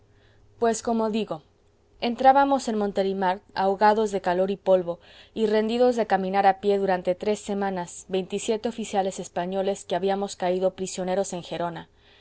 pues como digo entrábamos en montelimart ahogados de calor y polvo y rendidos de caminar a pie durante tres semanas veintisiete oficiales españoles que habíamos caído prisioneros en gerona